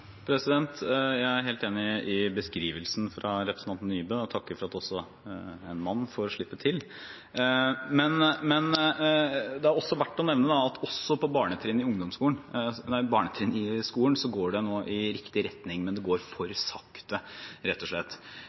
Jeg er helt enig i beskrivelsen fra representanten Nybø og takker for at også en mann får slippe til! Det er verdt å nevne at også på barnetrinnet i skolen går det nå i riktig retning, men det går for sakte, rett og slett.